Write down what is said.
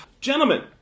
Gentlemen